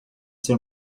ser